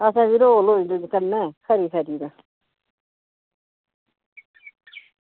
अच्छा भी रहोल होई जंदी कन्नै खरी खरी तां